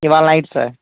ఇవాళ night sir